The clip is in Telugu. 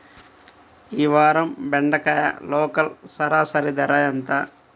ఈ వారం బెండకాయ లోకల్ సరాసరి ధర ఎంత?